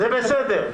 זה לא שכונה.